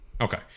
Okay